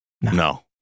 No